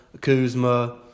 Kuzma